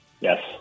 Yes